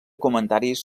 comentaris